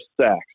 sacks